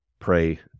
pray